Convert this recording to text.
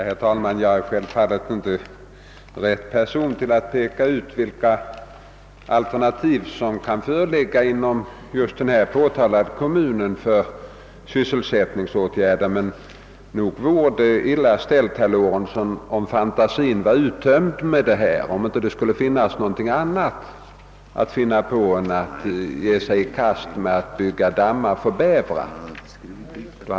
Herr talman! Jag är självfallet inte rätt person att peka ut vilka alternativ till sysselsättningsåtgärder som kan föreligga i just den nämnda kommunen, men nog vore det illa ställt, herr Lorentzon, om fantasin skulle vara uttömd med detta och man inte hade någonting annat att ge sig i kast med än att bygga vallar vid bäverdammar.